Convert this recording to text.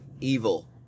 evil